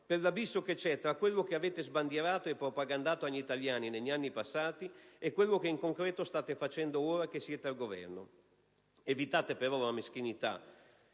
per l'abisso che c'è tra quello che avete sbandierato e propagandato agli italiani negli anni passati e quello che in concreto state facendo ora che siete al Governo: evitate però la meschinità